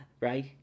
Right